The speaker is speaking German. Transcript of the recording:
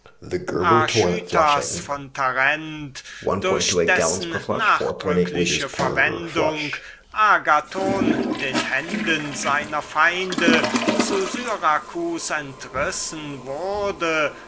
archytas durch dessen nachdrückliche verwendung agathon der hände seiner feinde zu syracus entrissen worden